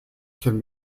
can